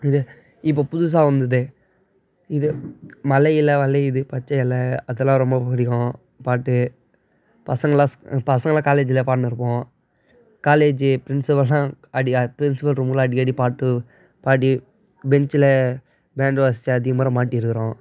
இது இப்போ புதுசாக வந்துதே இது அதெல்லாம் ரொம்ப பிடிக்கும் பாட்டு பசங்கள்லாம் பசங்கள்லாம் காலேஜில் பாடின்னு இருப்போம் காலேஜ்ஜி ப்ரின்ஸ்பள் எல்லாம் அடி ப்ரின்ஸ்பள் ரூமுக்கு எல்லாம் அடிக்கடி பாட்டு பாடி பென்ச்சில் பேண்ட் வாசிச்சு அதிக முற மாட்டி இருக்குறோம்